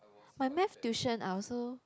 my math tuition I also